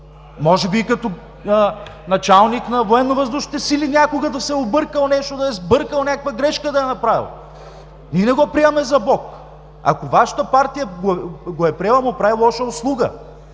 Може би и като началник на Военновъздушните сили някога да се е объркал нещо, да е сбъркал, някаква грешка да е направил? Ние не го приемаме за Бог. Ако Вашата партия го е приела, му прави лоша услуга.